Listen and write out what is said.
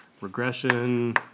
regression